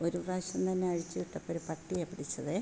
ഒരു പ്രാവശ്യം തന്നെ അഴിച്ചു വിട്ടപ്പോൾ പട്ടിയാണ് പിടിച്ചത്